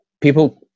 People